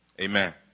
amen